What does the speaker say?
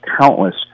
countless